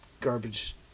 garbage